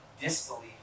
disbelief